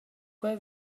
quei